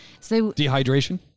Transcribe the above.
Dehydration